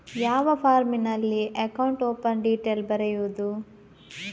ಯಾವ ಫಾರ್ಮಿನಲ್ಲಿ account open detail ಬರೆಯುವುದು?